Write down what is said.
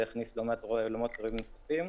זה יכניס לא מעט אולמות אירועים נוספים.